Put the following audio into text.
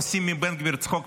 עושים מבן גביר צחוק.